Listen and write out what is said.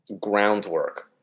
groundwork